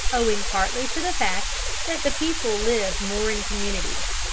owing partly to the fact that the people lived more in communities.